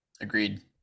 Agreed